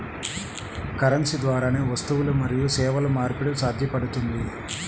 currency ద్వారానే వస్తువులు మరియు సేవల మార్పిడి సాధ్యపడుతుంది